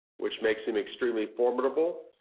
which makes him extremely formidable.